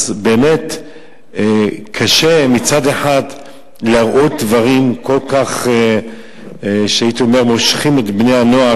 אז באמת קשה מצד אחד להראות דברים שהם כל כך מושכים את בני-הנוער